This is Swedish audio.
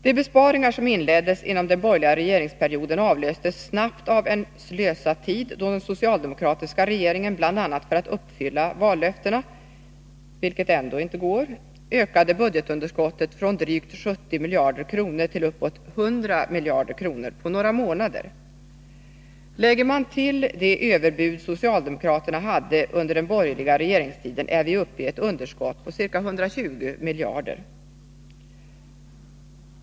De besparingar som inleddes inom den borgerliga regeringsperioden avlöstes snabbt av en ”slösa”-tid, då den socialdemokratiska regeringen bl.a. för att uppfylla vallöftena — vilket ändå inte går — ökade budgetunderskottet från drygt 70 miljarder kronor till uppåt 100 miljarder kronor på några månader. Lägger man till de ”överbud” socialdemokraterna hade under den borgerliga regeringstiden är vi uppe i ett underskott på ca 120 miljarder kronor.